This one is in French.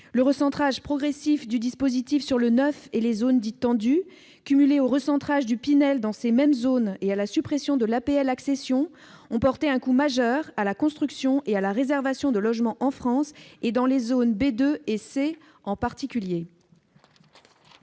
Le recentrage progressif du dispositif sur le neuf et les zones dites tendues cumulé au recentrage du « Pinel » sur ces mêmes zones et à la suppression de l'APL accession ont porté un coup majeur à la construction et la réservation de logements en France, en particulier dans les zones B2 et C. Par ailleurs,